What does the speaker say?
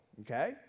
okay